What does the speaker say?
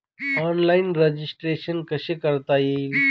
Online registration कसे करता येईल?